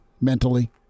mentally